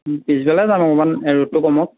পিছবেলা যাম অকণমান এ ৰ'দটো কমক